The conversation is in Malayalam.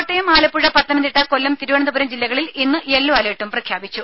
കോട്ടയം ആലപ്പുഴ പത്തനംതിട്ട കൊല്ലം തിരുവനന്തപുരം ജില്ലകളിൽ ഇന്ന് യെല്ലോ അലർട്ടും പ്രഖ്യാപിച്ചു